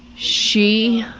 she,